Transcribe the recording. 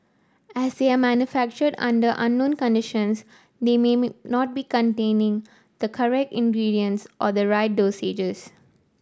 as they are manufactured under unknown conditions they not containing the correct ingredients or the right dosages